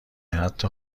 حتی